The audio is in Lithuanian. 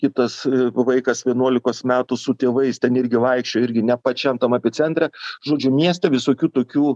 kitas vaikas vienuolikos metų su tėvais ten irgi vaikščiojo irgi ne pačiam tam epicentre žodžiu mieste visokių tokių